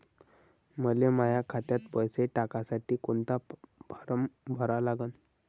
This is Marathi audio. मले माह्या खात्यात पैसे टाकासाठी कोंता फारम भरा लागन?